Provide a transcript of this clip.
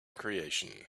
creation